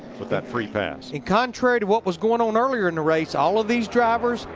with that free pass. and contrary to what was going on earlier in the race, all of these drivers,